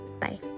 Bye